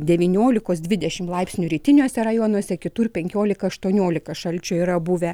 devyniolikos dvidešim laipsnių rytiniuose rajonuose kitur penkiolika aštuoniolika šalčio yra buvę